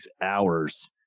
hours